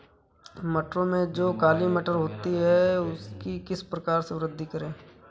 मटरों में जो काली मटर होती है उसकी किस प्रकार से वृद्धि करें?